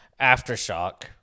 Aftershock